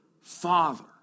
Father